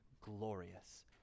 glorious